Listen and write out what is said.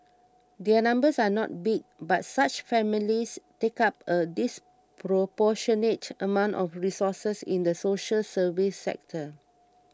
their numbers are not big but such families take up a disproportionate amount of resources in the social service sector